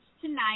tonight